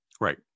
Right